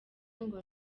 ngo